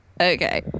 Okay